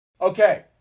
Okay